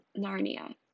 Narnia